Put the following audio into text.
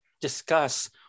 discuss